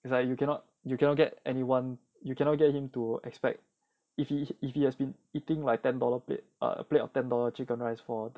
it's like you cannot you cannot get anyone you cannot get him to expect if he if he has been eating like ten dollar plate plate of ten dollar chicken rice for